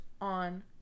on